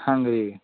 ಹಂಗೆ ರೀ